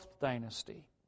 dynasty